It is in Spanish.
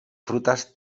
frutas